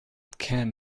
can